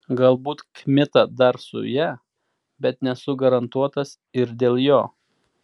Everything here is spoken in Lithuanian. galbūt kmita dar su ja bet nesu garantuotas ir dėl jo